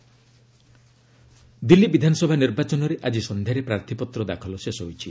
Delhi election Delhi ବିଧାନସଭା ନିର୍ବାଚନରେ ଆଜି ସନ୍ଧ୍ୟାରେ ପ୍ରାର୍ଥୀପତ୍ର ଦାଖଲ ଶେଷ ହୋଇଛି